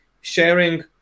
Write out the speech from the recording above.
sharing